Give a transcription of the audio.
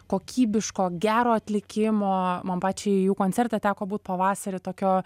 kokybiško gero atlikimo man pačiai jų koncerte teko būt pavasarį tokio